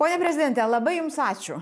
pone prezidente labai jums ačiū